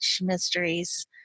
mysteries